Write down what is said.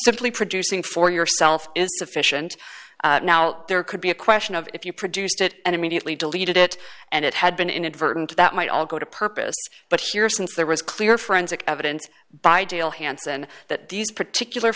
producing for yourself is sufficient now there could be a question of if you produced it and immediately deleted it and it had been inadvertent that might all go to purpose but here since there was clear forensic evidence by dale hanson that these particular